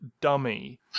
dummy